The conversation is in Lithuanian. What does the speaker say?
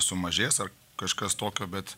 sumažės ar kažkas tokio bet